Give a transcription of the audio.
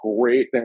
great